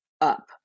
up